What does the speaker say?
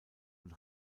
und